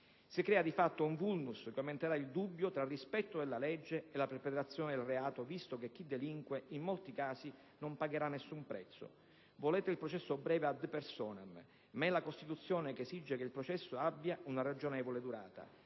Si crea di fatto un *vulnus* che aumenterà il dubbio tra il rispetto della legge e la perpetrazione del reato, visto che chi delinque in molti casi non pagherà nessun prezzo. Volete il processo breve *ad personam*, ma è la Costituzione che esige che il processo abbia una ragionevole durata.